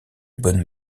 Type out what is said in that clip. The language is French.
bonne